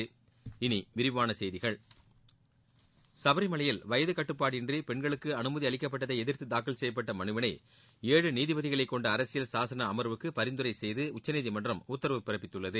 இனி விரிவான செய்திகள் சபரிமலையில் வயது கட்டுப்பாடின்றி பெண்களுக்கு அனுமதி அளிக்கப்பட்டதை எதிர்த்து தாக்கல் செய்யப்பட்ட மனுவினை ஏழு நீதிபதிகளைக் கொண்ட அரசியல் சாசன அமாவுக்கு பரிந்துரை செய்து உச்சநீதிமன்றம் உத்தரவு பிறப்பித்துள்ளது